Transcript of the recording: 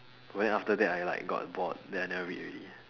but then after that I like got bored then I never read already